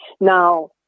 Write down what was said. Now